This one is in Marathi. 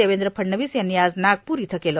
देवेंद्र फडणवीस यांनी आज नागपूर इथं केलं